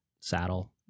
saddle